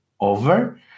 over